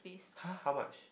!huh! how much